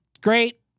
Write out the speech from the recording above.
Great